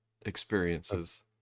experiences